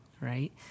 right